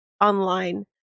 online